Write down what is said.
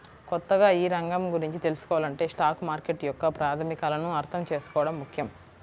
కొత్తగా ఈ రంగం గురించి తెల్సుకోవాలంటే స్టాక్ మార్కెట్ యొక్క ప్రాథమికాలను అర్థం చేసుకోవడం ముఖ్యం